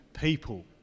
people